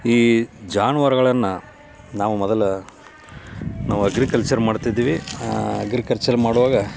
ಈ ಜಾನುವಾರುಗಳನ್ನು ನಾವು ಮೊದಲು ನಾವು ಅಗ್ರಿಕಲ್ಚರ್ ಮಾಡ್ತಿದ್ವಿ ಅಗ್ರಿಕಲ್ಚರ್ ಮಾಡುವಾಗ